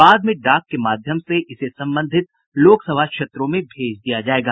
बाद में डाक के माध्यम से इसे संबंधित लोकसभा क्षेत्रों में भेज दिया जायेगा